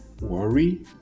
worry